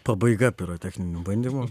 pabaiga pirotechninių bandymų